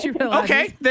Okay